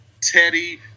Teddy